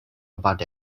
about